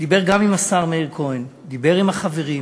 דיבר גם עם השר מאיר כהן, דיבר עם החברים,